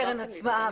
הקרן עצמה,